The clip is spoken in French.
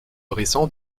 récent